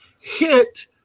hit